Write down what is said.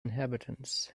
inhabitants